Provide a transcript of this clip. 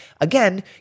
again